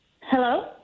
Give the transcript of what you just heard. Hello